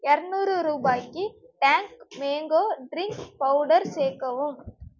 இரநூறு ரூபாய்க்கு Tang mango drink powder சேர்க்கவும்